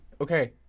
Okay